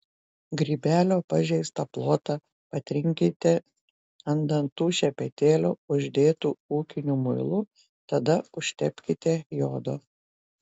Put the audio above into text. grybelio pažeistą plotą patrinkite ant dantų šepetėlio uždėtu ūkiniu muilu tada užtepkite jodo